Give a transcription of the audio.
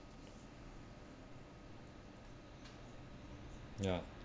ya